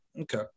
Okay